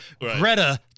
Greta